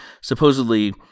supposedly